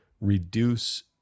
reduce